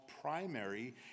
primary